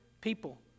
people